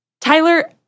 Tyler